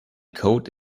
code